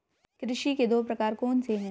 कृषि के दो प्रकार कौन से हैं?